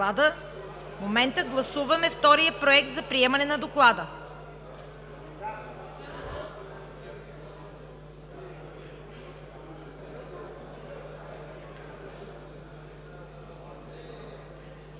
момента гласуваме втория Проект за приемане на Доклада.